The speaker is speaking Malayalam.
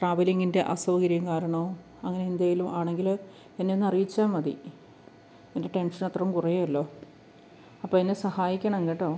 ട്രാവലിങ്ങിൻ്റെ അസൗകര്യം കാരണമോ അങ്ങനെ എന്തേലും ആണെങ്കില് എന്നെയൊന്ന് അറിയിച്ചാല് മതി എൻ്റെ ടെൻഷനത്രയും കുറയുമല്ലോ അപ്പോള് എന്നെ സഹായിക്കണം കേട്ടോ